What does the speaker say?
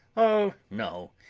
oh no!